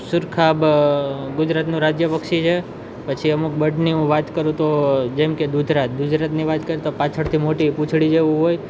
સુરખાબ ગુજરાતનું રાજ્ય પક્ષી છે પછી અમુક બર્ડની હું વાત કરું તો જેમ કે દૂધરાજ દૂધરાજની વાત કરતાં પાછળથી મોટી પૂંછડી જેવું હોય